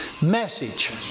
message